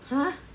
!huh!